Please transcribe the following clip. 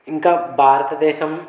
ఇంకా భారతదేశం